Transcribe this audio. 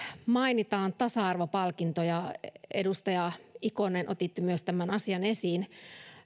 mainitaan tasa arvopalkinto ja edustaja ikonen otitte myös tämän asian esiin